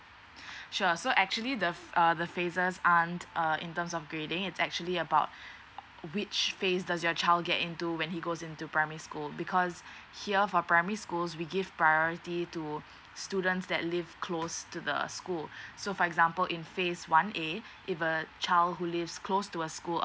sure so actually the ph~ err the phases aren't err in terms of grading it's actually about which phase does your child get into when he goes into primary school because here for primary schools we give priority to students that live close to the school so for example in phase one A if a child who lives close to a school